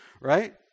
right